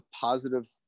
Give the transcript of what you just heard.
positive